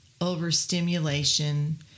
overstimulation